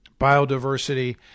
Biodiversity